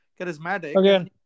charismatic